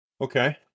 Okay